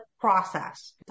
process